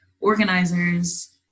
organizers